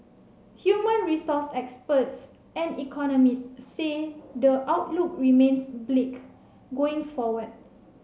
human resource experts and economists say the outlook remains bleak going forward